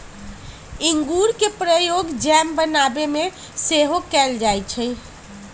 इंगूर के प्रयोग जैम बनाबे में सेहो कएल जाइ छइ